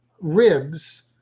ribs